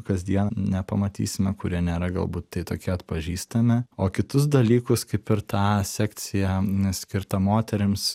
kasdien nepamatysime kurie nėra galbūt tai tokie atpažįstami o kitus dalykus kaip ir tą sekciją ne skirtą moterims